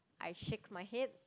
I shake my head